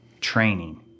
training